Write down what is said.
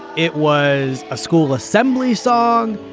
it was a school assembly song.